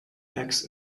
eggs